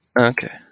Okay